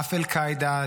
אף אל-קעידה,